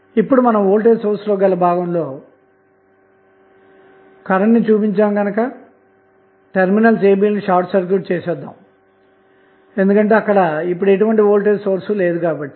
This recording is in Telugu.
ఇప్పుడు మనం వోల్టేజ్ సోర్స్ గల భాగంలో కరెంటు ని చూపించాడు గనక మనం టెర్మినల్స్ ab లను షార్ట్ సర్క్యూట్ చేసేద్దాము ఎందుకంటే అక్కడ ఇప్పుడు ఎటువంటి వోల్టేజ్ సోర్స్ లేదు కాబట్టి